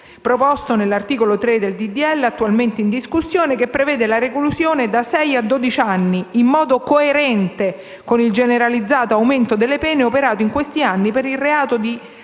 proposto nell'articolo 3 del disegno di legge attualmente in discussione, che prevede la reclusione da sei a dodici anni, in modo coerente con il generalizzato aumento delle pene operato in questi anni per il reato di